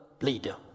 leader